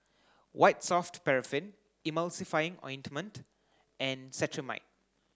white soft paraffin Emulsying ointment and Cetrimide